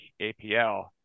APL